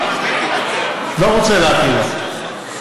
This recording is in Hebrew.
לא רוצה להפיל לך.